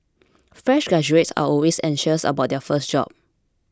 fresh graduates are always anxious about their first job